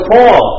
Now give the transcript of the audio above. Paul